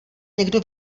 někdo